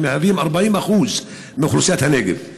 שמהווים 40% מאוכלוסיית הנגב.